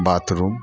bathroom